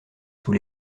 sous